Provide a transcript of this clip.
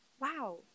wow